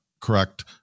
correct